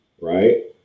Right